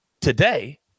today